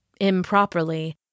improperly